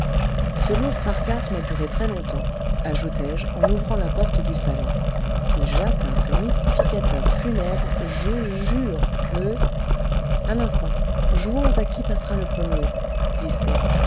ce lourd sarcasme a duré très longtemps ajoutai-je en ouvrant la porte du salon si j'atteins ce mystificateur funèbre je jure que un instant jouons à qui passera le premier